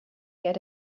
get